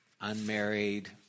unmarried